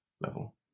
level